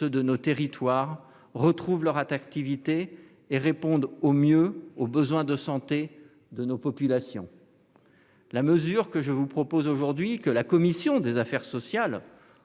non, de nos territoires retrouvent leur attractivité et répondent au mieux aux besoins de santé de nos populations. La mesure que je vous propose aujourd'hui, que la commission des affaires sociales